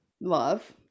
Love